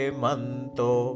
manto